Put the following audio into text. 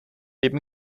leben